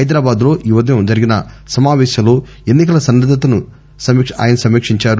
హైదరాబాద్ లో ఈ ఉదయం జరిగిన సమాపేశంలో ఎన్ని కల సన్న ద్దతను సమీక్షించారు